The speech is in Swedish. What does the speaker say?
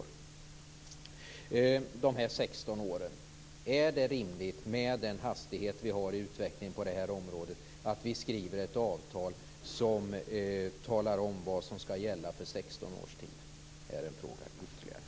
När det gäller de 16 åren undrar jag om det är rimligt att vi med den hastighet som vi har i utvecklingen på detta område skriver ett avtal som talar om vad som skall gälla i 16 års tid? Detta är en fråga ytterligare.